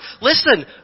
Listen